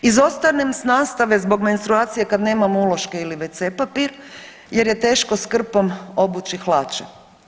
Izostanem s nastave zbog menstruacije kad nemam uloške ili wc papir jer je teško s krpom obući hlače.